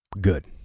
good